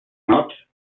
not